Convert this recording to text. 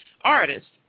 artists